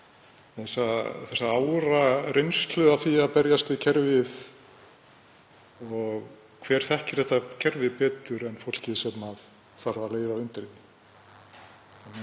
þessa áralöngu reynslu af því að berjast við kerfið. Og hver þekkir þetta kerfi betur en fólkið sem þarf að lifa undir